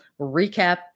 recap